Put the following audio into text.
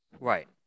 right